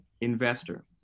investor